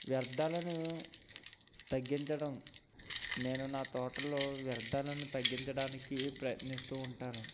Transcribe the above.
వ్యర్ధాలను తగ్గించడం నేను నా తోటలో గడ్డాలను తగ్గించడానికి ప్రయత్నిస్తూ ఉంటాను